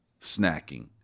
snacking